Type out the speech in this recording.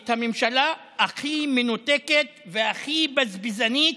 "את הממשלה הכי מנותקת והכי בזבזנית,